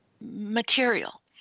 material